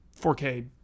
4k